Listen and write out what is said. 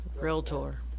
Realtor